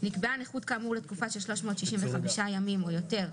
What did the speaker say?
(1)נקבעה נכות כאמור לתקופה של 365 ימים או יותר,